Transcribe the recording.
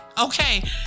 okay